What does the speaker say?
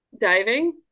diving